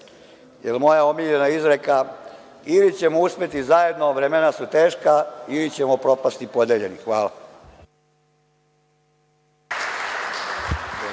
moja omiljena izreka „ili ćemo uspeti zajedno, vremena su teška ili ćemo propasti podeljeno“. Hvala.